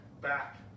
back